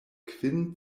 kvin